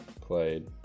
played